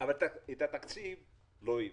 אבל את התקציב לא העביר.